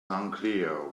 unclear